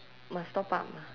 must top up ah